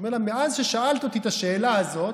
הוא אומר לה: מאז ששאלת אותי את השאלה הזאת,